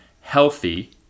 healthy